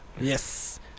Yes